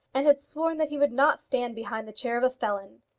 and had sworn that he would not stand behind the chair of a felon.